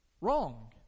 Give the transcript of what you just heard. Wrong